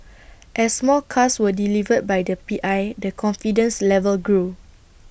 as more cars were delivered by the P I the confidence level grew